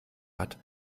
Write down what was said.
hat